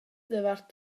davart